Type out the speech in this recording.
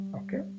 okay